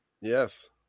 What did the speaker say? Yes